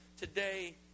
today